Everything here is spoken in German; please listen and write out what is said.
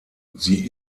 sie